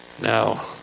Now